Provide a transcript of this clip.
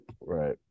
Right